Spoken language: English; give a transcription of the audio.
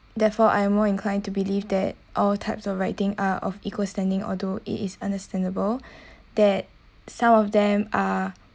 therefore I more inclined to believe that all types of writing are of equal standing although it is understandable that some of them are